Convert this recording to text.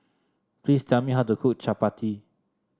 please tell me how to cook Chapati